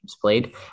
played